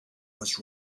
was